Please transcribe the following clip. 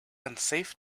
unsafe